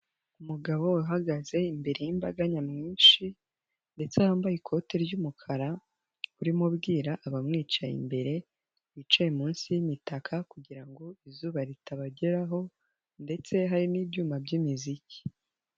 Umugabo uhagaze imbere y'imbaga nyamwinshi ndetse wambaye ikoti ry'umukara, urimo abwira abamwicaye imbere, abicaye munsi y'imitaka kugira ngo izuba ritabageraho ndetse hari n'ibyuma by'imiziki.